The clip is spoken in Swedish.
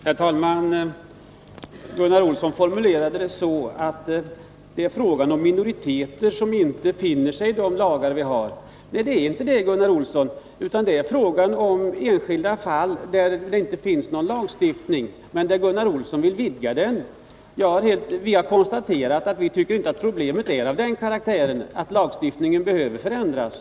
Herr talman! Gunnar Olsson formulerade det så att det här är fråga om minoriteter som inte finner sig i de lagar som finns. Det är inte det det gäller, Gunnar Olsson, utan det är här fråga om enskilda fall där det inte finns någon lagstiftning men där Gunnar Olsson vill vidga den. Vi tycker inte att problemet är av den karaktären att lagstiftningen behöver ändras.